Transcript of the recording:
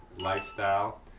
lifestyle